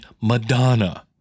Madonna